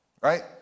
right